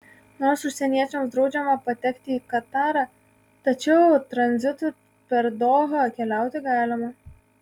nors užsieniečiams draudžiama patekti į katarą tačiau tranzitu per dohą keliauti galima